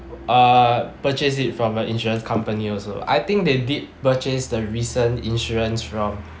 uh purchase it from an insurance company also I think they did purchase the recent insurance from